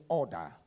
order